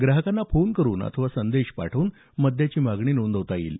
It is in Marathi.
ग्राहकांना फोन करून अथवा संदेश पाठवून मद्याची मागणी नोंदवता येईल